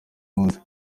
munsi